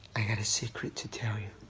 i have a secret to tell you.